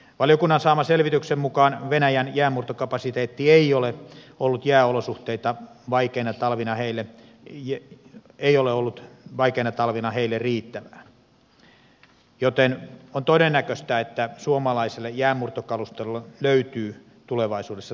valiokunnan saaman selvityksen mukaan venäjän jäänmurtokapasiteetti ei ole ollut jääolosuhteilta vaikeina talvina heille ja ei ole ollut vaikeina talvina riittävää joten on todennäköistä että suomalaiselle jäänmurtokalustolle löytyy tulevaisuudessa tarvetta